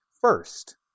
First